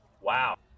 Wow